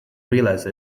realize